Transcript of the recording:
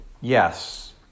yes